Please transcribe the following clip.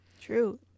true